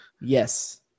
Yes